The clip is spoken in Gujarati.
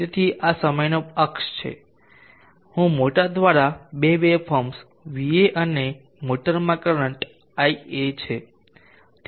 તેથી આ સમયનો અક્ષ છે હું મોટર દ્વારા 2 વેવફોર્મ્સ va અને મોટરમાં કરંટ ia છે